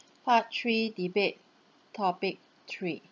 part three debate topic three